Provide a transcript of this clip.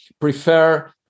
prefer